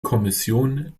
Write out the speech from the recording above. kommission